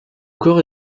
corps